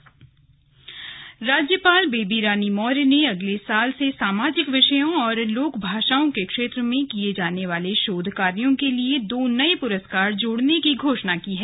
राज्यपाल राज्यपाल बेबी रानी मौर्य ने अगले साल से सामाजिक विषयों और लोक भाषाओं के क्षेत्र में किये जाने वाले शोध कार्यो के लिए दो नये पुरस्कार जोड़ने की घोषणा की है